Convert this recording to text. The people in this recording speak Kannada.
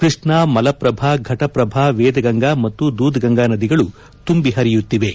ಕೃಷ್ಣಾ ಮಲಪ್ರಭಾ ಘಟಪ್ರಭಾ ವೇದಗಂಗಾ ಮತ್ತು ದೂದ್ಗಂಗಾ ನದಿಗಳು ತುಂಬಿ ಪರಿಯುತ್ತಿವೆ